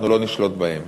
אנחנו לא נשלוט בהן,